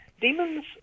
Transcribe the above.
demons